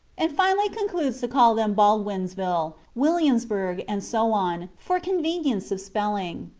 and finally concludes to call them baldwinsville, williamsburgh, and so on, for convenience of spelling.